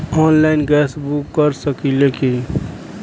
Online gas book कर सकिले की?